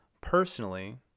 personally